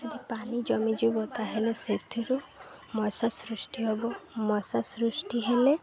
ଯଦି ପାଣି ଜମିଯିବ ତା ହେଲେ ସେଥିରୁ ମଶା ସୃଷ୍ଟି ହେବ ମଶା ସୃଷ୍ଟି ହେଲେ